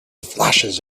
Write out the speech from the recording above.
flashes